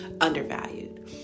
undervalued